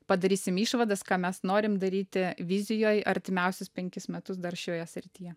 padarysim išvadas ką mes norim daryti vizijoj artimiausius pekis metus dar šioje srityje